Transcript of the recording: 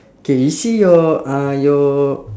okay you see your uh your